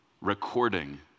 recording